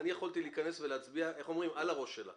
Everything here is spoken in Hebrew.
אני יכולתי להיכנס ולהצביע על הראש שלה